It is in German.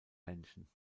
menschen